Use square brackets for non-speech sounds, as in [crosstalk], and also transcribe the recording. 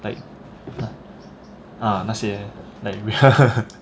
like uh 那些 like [laughs]